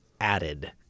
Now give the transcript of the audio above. added